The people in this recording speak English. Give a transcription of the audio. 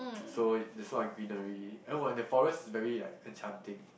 so there's a lot of greenery and when in their forest is very like enchanting